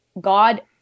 God